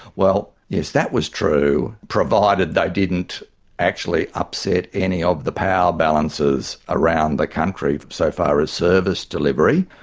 well yes, that was true, provided they didn't actually upset any of the power balances around the country so far as service delivery,